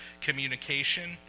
communication